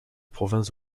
province